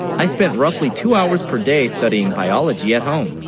i spent roughly, two hours per day studying biology at home